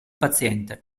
paziente